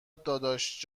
داداش